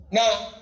Now